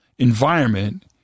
environment